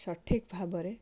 ସଠିକ୍ ଭାବରେ